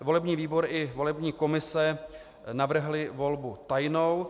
Volební výbor i volební komise navrhly volbu tajnou.